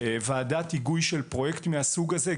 ועדת היגוי של פרויקט מהסוג הזה,